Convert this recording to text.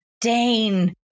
dane